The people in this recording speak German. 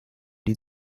die